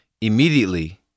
Immediately